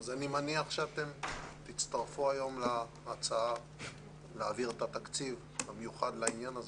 אני מניח שתצטרפו היום להצעה להעביר את התקציב המיוחד לעניין הזה.